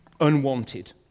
unwanted